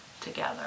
together